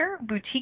boutique